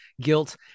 guilt